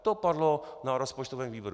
To padlo na rozpočtovém výboru.